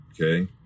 okay